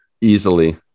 Easily